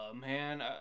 man